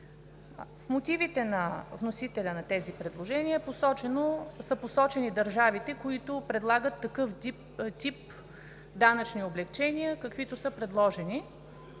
В мотивите на вносителя на тези предложения са посочени държавите, които предлагат такъв тип данъчни облекчения, каквито са предложение